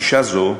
גישה זו,